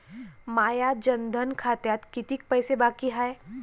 माया जनधन खात्यात कितीक पैसे बाकी हाय?